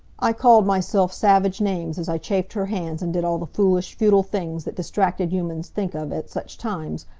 i called myself savage names as i chafed her hands and did all the foolish, futile things that distracted humans think of at such times,